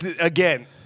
again